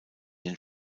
den